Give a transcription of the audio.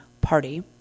party